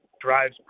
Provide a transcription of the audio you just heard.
drives